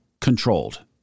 Controlled